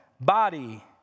body